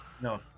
no